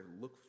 Look